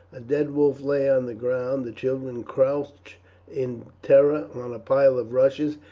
a dead wolf lay on the ground, the children crouched in terror on a pile of rushes,